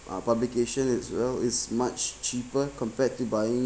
uh publication is well it's much cheaper compared to buying